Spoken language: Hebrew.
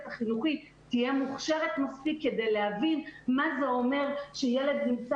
החינוכי תהיה מוכשרת מספיק כדי להבין מה זה אומר שילד נמצא